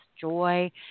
joy